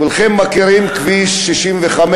כולכם מכירים את כביש 65,